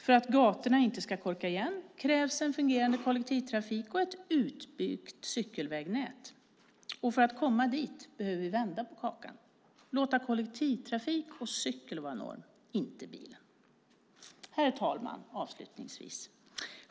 För att gatorna inte ska korka igen krävs en fungerande kollektivtrafik och ett utbyggt cykelvägnät. För att komma dit behöver vi vända på kakan och låta kollektivtrafik och cykel vara norm, inte bilen. Herr talman!